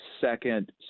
second